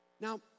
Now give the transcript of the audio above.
Now